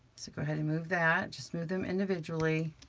so go ahead and move that. just move them individually.